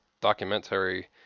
documentary